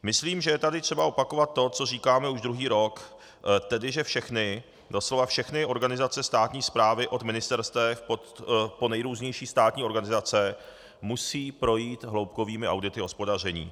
Myslím, že je tady třeba opakovat to, co říkáme už druhý rok, tedy že všechny, doslova všechny organizace státní správy od ministerstev po nejrůznější státní organizace musí projít hloubkovými audity hospodaření.